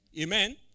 Amen